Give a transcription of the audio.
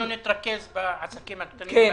אנחנו נתרכז בעסקים הקטנים.